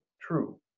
true